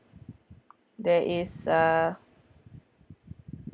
there is uh